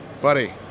Buddy